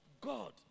God